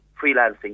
freelancing